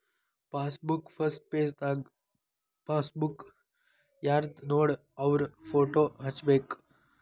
passbook first ಪೆಜನ್ಯಾಗ passbook ಯಾರ್ದನೋಡ ಅವ್ರ ಫೋಟೋ ಹಚ್ಬೇಕ್